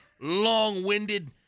long-winded